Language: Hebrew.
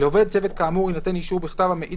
לעובד צוות כאמור יינתן אישור בכתב המעיד